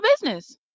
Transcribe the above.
business